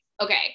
okay